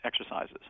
exercises